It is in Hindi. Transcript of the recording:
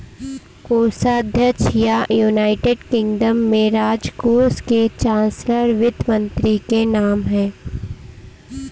कोषाध्यक्ष या, यूनाइटेड किंगडम में, राजकोष के चांसलर वित्त मंत्री के नाम है